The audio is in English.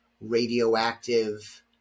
radioactive